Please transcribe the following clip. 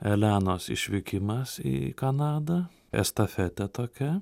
elenos išvykimas į kanadą estafetė tokia